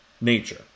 nature